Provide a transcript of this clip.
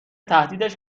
تهدیدش